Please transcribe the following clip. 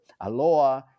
aloha